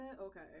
Okay